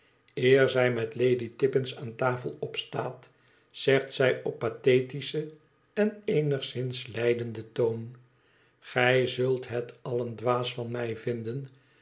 er zij met lady tippins van taiel opstaat zegt zij op pathetischen en eenigszins lijdenden toon gij zult het allen dwaas van mij vinden